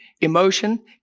emotion